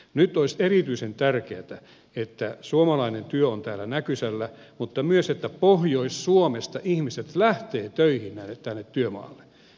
nyt olisi erityisen tärkeätä että suomalainen työ on täällä näkysällä mutta myös se että pohjois suomesta ihmiset lähtevät töihin tänne työmaalle